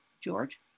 George